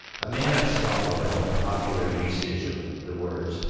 a man of strong will, in the popular usage of the words,